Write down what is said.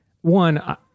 one